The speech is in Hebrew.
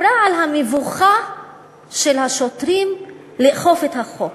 סיפרה על המבוכה של השוטרים באכיפת החוק.